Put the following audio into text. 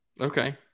Okay